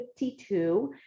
52